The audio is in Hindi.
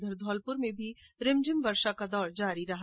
इधर धौलप्र में रिमझिम वर्षा का दौर जारी रहा